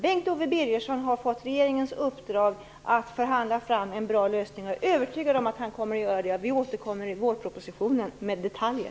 Bengt-Ove Birgersson har fått regeringens uppdrag att förhandla fram en bra lösning, och jag är övertygad om att han kommer att göra det. Regeringen återkommer i vårpropositionen med detaljer.